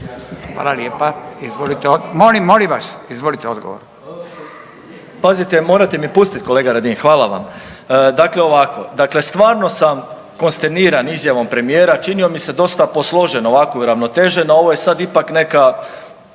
Hvala lijepa. Izvolite odgovor.